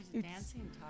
Dancing